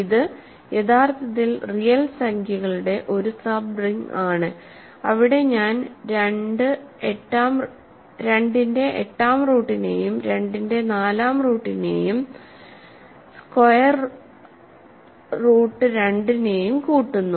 ഇത് യഥാർത്ഥത്തിൽ റിയൽ സംഖ്യകളുടെ ഒരു സബ്റിങ് ആണ് അവിടെ ഞാൻ 2 8 ാം റൂട്ടിനെയും 2ന്റെ 4 ാം റൂട്ടിനെയും സ്ക്വയർ റൂട്ട് 2നെയും കൂട്ടുന്നു